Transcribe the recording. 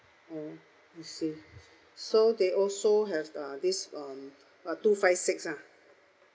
oh I see so they also have uh this um uh two five six ah